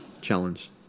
Challenge